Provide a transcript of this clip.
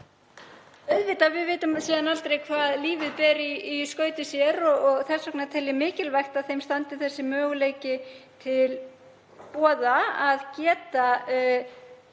máli. Við vitum auðvitað aldrei hvað lífið ber í skauti sér og þess vegna tel ég mikilvægt að þeim standi sá möguleiki til boða að geta